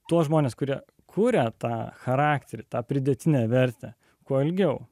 tuos žmones kurie kuria tą charakterį tą pridėtinę vertę kuo ilgiau